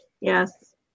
Yes